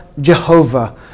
Jehovah